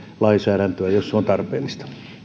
lainsäädäntöä jos se on tarpeellista